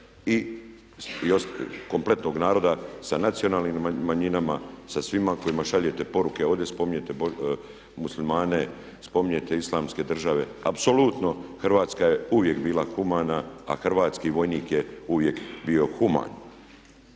i kompletnog naroda sa nacionalnim manjinama, sa svima kojima šaljete poruke, ovdje spominjete Muslimane, spominjete Islamske države. Apsolutno Hrvatska je uvijek bila humana, a hrvatski vojnik je uvijek bio human.